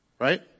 right